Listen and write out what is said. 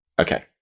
Okay